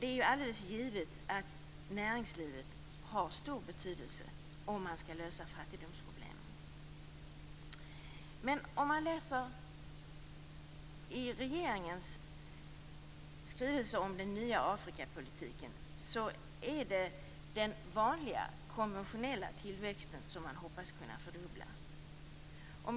Det är alldeles givet att näringslivet har stor betydelse om man skall lösa fattigdomsproblemet. I regeringens skrivelse om den nya Afrikapolitiken är det ändå den vanliga, konventionella tillväxten som man hoppas kunna fördubbla.